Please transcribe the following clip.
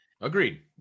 Agreed